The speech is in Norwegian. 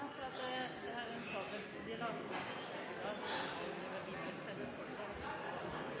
for at de